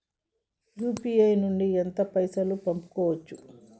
UPI నుండి ఎంత పైసల్ పంపుకోవచ్చు?